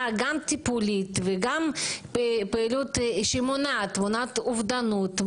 טיפולית וגם פעילות שמונעת אובדנות,